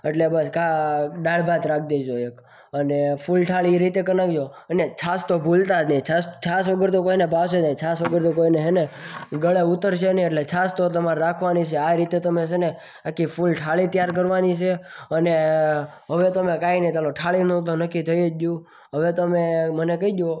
એટલે બસ આ દાળ ભાત રાખી દેજો એક અને ફૂલ થાળી એ રીતે કરી નાખજો અને છાસ તો ભૂલતા જ નઈ છાસ છાસ વગર તો કોઈને ભાવશે જ નઈ છાસ વગર તો કોઈને હેને ગળે ઉતરશે જ નઈ છાસ તો તમારે રાખવાની જ છે આ રીતે તમે છેને આખી ફૂલ થાળી તૈયાર કરવાની છે અને હવે તમે કાંઈ નઈ થાળીનું તો નક્કી થઈ જ ગયું હવે તમે મને કઈ દ્યો